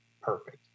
Perfect